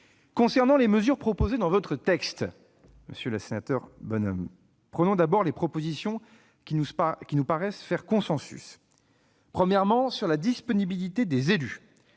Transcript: Concernant les mesures proposées dans votre texte, prenons d'abord les propositions qui nous paraissent faire consensus. D'abord, sur la disponibilité des élus,